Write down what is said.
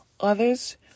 Others